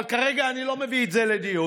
אבל כרגע אני לא מביא את זה לדיון,